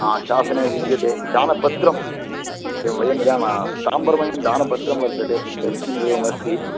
हा शासने विद्यते दानपत्रम् एवं वयं यदा ताम्रमयं दानपत्रं वर्तते तस्मिन् एवमस्ति